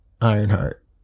Ironheart